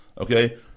Okay